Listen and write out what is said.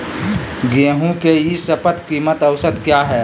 गेंहू के ई शपथ कीमत औसत क्या है?